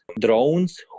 drones